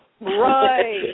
Right